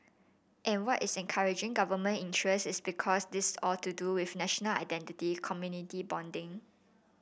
and what is encouraging government interest is because this all to do with national identity community bonding